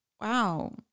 wow